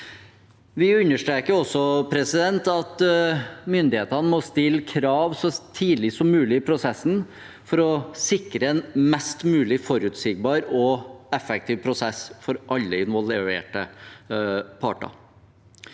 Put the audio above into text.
Vi understreker også at myndighetene må stille krav så tidlig som mulig i prosessen for å sikre en mest mulig forutsigbar og effektiv prosess for alle involverte parter.